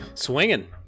swinging